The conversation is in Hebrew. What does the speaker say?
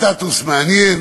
סטטוס מעניין.